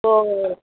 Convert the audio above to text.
uh